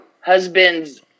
Husband's